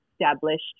established